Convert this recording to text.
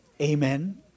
Amen